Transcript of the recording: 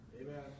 Amen